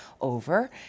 over